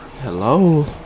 Hello